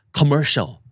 commercial